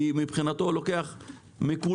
כי מבחינתו הוא לוקח מכולם,